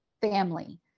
family